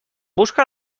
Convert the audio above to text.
busca